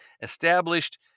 established